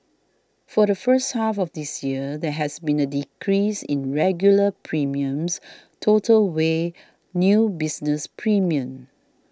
for the first half of this year there has been a decrease in regular premiums total weighed new business premiums